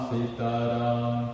Sitaram